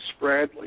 Spradley